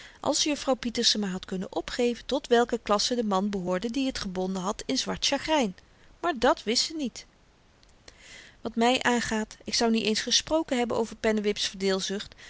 als juffrouw pieterse maar had kunnen opgeven tot welke klasse de man behoorde die t gebonden had in zwart sjagryn maar dat wist ze niet wat my aangaat ik zou niet eens gesproken hebben over